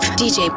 dj